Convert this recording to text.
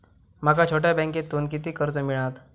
माका छोट्या बँकेतून किती कर्ज मिळात?